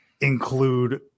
include